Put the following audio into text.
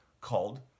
called